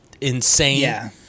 insane